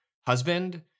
husband